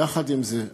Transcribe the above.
יחד עם זה,